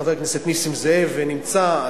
חבר הכנסת נסים זאב נמצא,